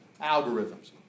Algorithms